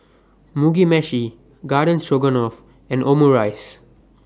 Mugi Meshi Garden Stroganoff and Omurice